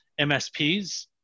MSPs